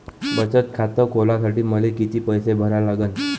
बचत खात खोलासाठी मले किती पैसे भरा लागन?